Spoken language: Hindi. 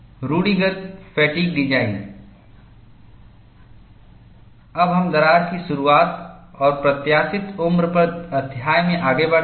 रूढ़िगत फ़ैटिग् डिजाइन अब हम दरार की शुरुआत और प्रत्याशित उम्र पर अध्याय में आगे बढ़ते हैं